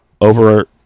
over